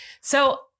So-